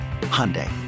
Hyundai